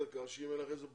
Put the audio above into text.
כך שאם תהיה לך איזה בקשה,